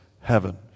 heaven